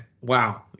wow